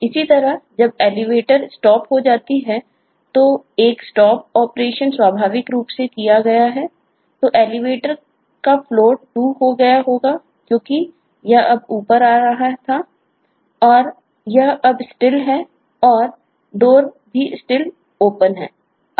इसी तरह जब Elevator Stop हो जाती है तो एक Stop ऑपरेशन स्वाभाविक रूप से किया गया है तो Elevator का Floor 2 हो गया होगा क्योंकि यह ऊपर जा रहा था और यह अब Still है और door भी Still Open है